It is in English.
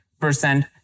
percent